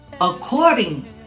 according